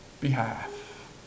behalf